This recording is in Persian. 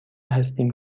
هستیم